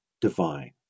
divine